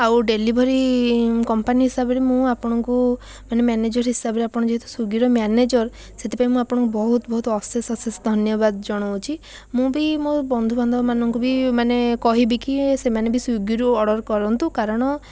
ଆଉ delivery company ହିସାବରେ ମୁଁ ଆପଣଙ୍କୁ ମାନେ ମ୍ୟାନେଜର୍ ହିସାବରେ ଆପଣ ଯେହେତୁ ସ୍ୱିଗିର ମ୍ୟାନେଜର୍ ସେଥିପାଇଁ ମୁଁ ଆପଣଙ୍କୁ ବହୁତ ବହୁତ ଅଶେଷ ଅଶେଷ ଧନ୍ୟବାଦ ଜଣାଉଛି ମୁଁ ବି ମୋ ବନ୍ଧୁ ବାନ୍ଧବମାନଙ୍କୁ ବି ମାନେ କହିବି କି ସେମାନେ ବି ସ୍ୱିଗିରୁ ଅର୍ଡର୍ କରନ୍ତୁ କାରଣ